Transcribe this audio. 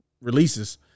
releases